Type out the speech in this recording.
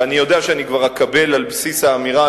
ואני יודע שאני כבר אקבל על בסיס האמירה